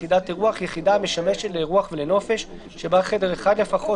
"יחידת אירוח" יחידה המשמשת לאירוח ולנופש שבה חדר אחד לפחות,